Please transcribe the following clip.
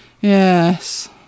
Yes